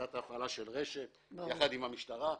בתפיסת ההפעלה של רש"ת יחד עם המשטרה.